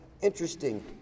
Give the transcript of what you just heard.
interesting